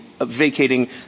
vacating